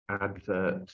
advert